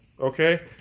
Okay